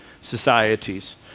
societies